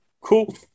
cool